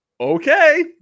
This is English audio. okay